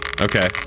Okay